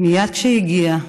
מייד כשהיא הגיעה,